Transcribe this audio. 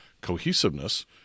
cohesiveness